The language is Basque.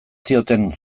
zioten